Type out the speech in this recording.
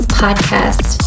podcast